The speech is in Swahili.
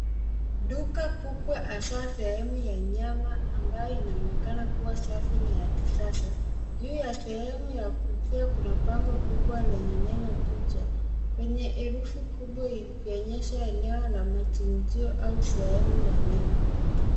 Duka kubwa hasa sehemu ya nyuma ambayo inaonekana kuwa safi na ya kisasa. Juu ya sehemu ya kuuzia kuna bango kubwa lenye neno butcher kwenye herufi kubwa ikionyesha eneo la machinjio au sehemu ya nyama.